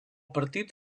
partit